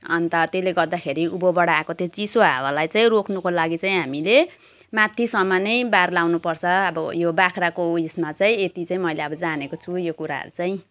अन्त त्यसले गर्दाखरि उँभोबाट आएको त्यो चिसो हावालाई चाहिँ रोक्नुको लागि चाहिँ हामीले माथिसम्म नै बार लगाउनुपर्छ अब यो बाख्राको उइसमा चाहिँ यति चाहिँ मैले अब जानेको छु यो कुराहरू चाहिँ